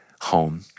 Home